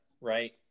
right